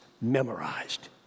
memorized